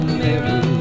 mirror